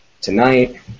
tonight